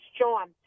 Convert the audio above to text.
John